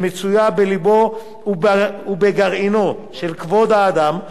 שמצוי בלבו ובגרעינו של כבוד האדם,